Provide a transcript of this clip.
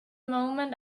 moment